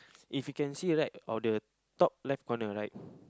if you can see right on the top left corner right